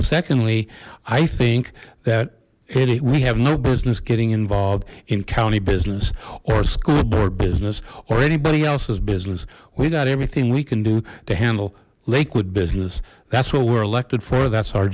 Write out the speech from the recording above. secondly i think that it we have no business getting involved in county business or school board business or anybody else's business we got everything we can do to handle lakewood business that's what we're elected for that's our